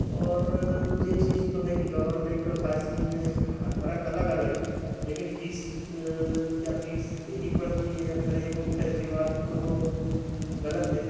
और यह चीज़ तो है कि गवर्मेंट और सारी इस्कीमें में फ़र्क़ अलग अलग हैं लेकिन फीस क्या फीस देनी पड़ती है या फिर यह मुफ़्त है यह बात तो गलत है